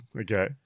Okay